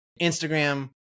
Instagram